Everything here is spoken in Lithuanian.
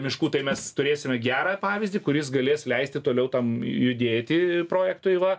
miškų tai mes turėsime gerą pavyzdį kuris galės leisti toliau tam judėti projektui va